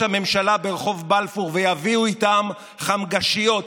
הממשלה ברחוב בלפור ויביאו איתם חמגשיות,